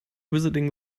visiting